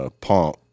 pump